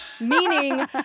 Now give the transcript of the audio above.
Meaning